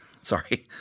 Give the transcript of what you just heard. Sorry